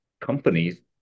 companies